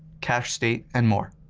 cache state, and more.